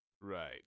Right